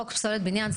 חוק פסולת בניין,